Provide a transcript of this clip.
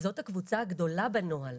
- זאת הקבוצה הגדולה בנוהל.